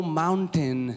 mountain